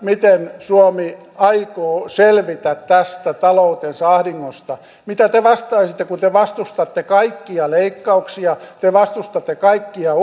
miten suomi aikoo selvitä tästä taloutensa ahdingosta mitä te vastaisitte kun te vastustatte kaikkia leikkauksia te vastustatte kaikkia